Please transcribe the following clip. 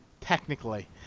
Technically